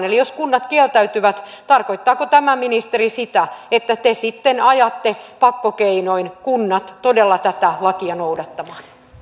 eli jos kunnat kieltäytyvät tarkoittaako tämä ministeri sitä että te sitten ajatte pakkokeinoin kunnat todella tätä lakia noudattamaan